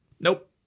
Nope